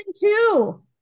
two